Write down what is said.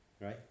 right